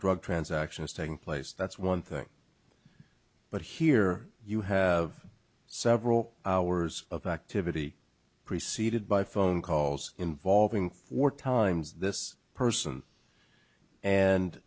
drug transaction is taking place that's one thing but here you have several hours of activity preceded by phone calls involving four times this person and